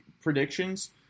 predictions